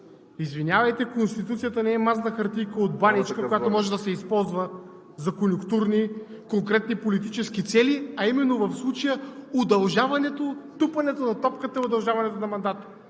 Извинявайте, Конституцията не е мазна хартийка от баничка, която може да се използва за конюнктурни, конкретни политически цели, а именно в случая – тупането на топката и удължаването на мандата.